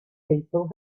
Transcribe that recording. people